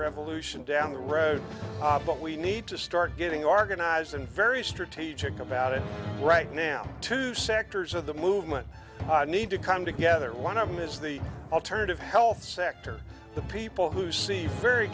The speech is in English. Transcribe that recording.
revolution down the road but we need to start getting organized and very strategic about it right now two sectors of the movement need to come together one of them is the alternative health sector the people who see very